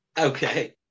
Okay